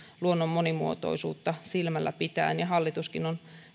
luonnon monimuotoisuutta silmällä pitäen ja hallituskin on